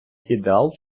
ідеал